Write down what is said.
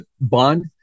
bond